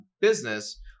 business